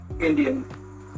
Indian